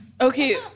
Okay